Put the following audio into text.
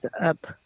up